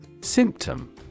Symptom